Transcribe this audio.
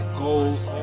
goals